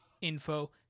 info